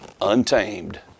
untamed